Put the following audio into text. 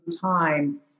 time